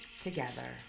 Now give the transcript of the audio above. together